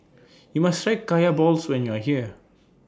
YOU must Try Kaya Balls when YOU Are here